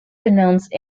denounced